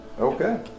Okay